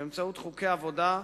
באמצעות חוקי עבודה,